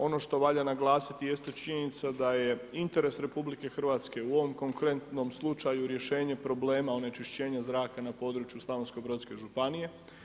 Ono što valja naglasiti jest činjenica da je interes RH u ovom konkretnom slučaju rješenje problemu onečišćenja zraka na području Slavonsko-brodske županije.